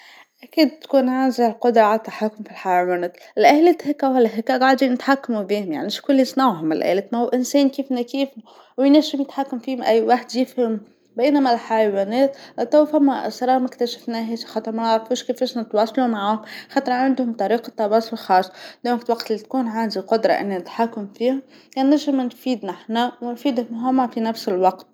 أكيد تكون عندي القدره على التحكم في الحيوانات، الآلات هاكا ولا هاكا نتحكمو بيهم يعني شكون اللي صنعهم الآلات، ما هو إنسان كيفنا كيفو وينجم يتحكم فيهم أي واحد يفهم، بينما الحيوانات للتو ثما أسرار ماكتاشفناهاش خاطر ما نعرفوش كيفاش نتواصلو معاهم خاطر عندهم طريقة تواصل خاصه، إذن وقت اللي تكون عندي القدره أني نتحكم فيهم كان نجم نفيدنا حنا ونفيدهم هوما في نفس الوقت.